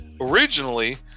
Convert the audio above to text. Originally